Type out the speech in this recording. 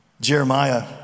Jeremiah